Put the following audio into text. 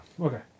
Okay